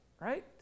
right